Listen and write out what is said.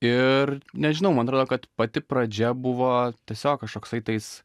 ir nežinau man atrodo kad pati pradžia buvo tiesiog kažkoksai tais